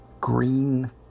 green